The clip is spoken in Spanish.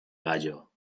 gallo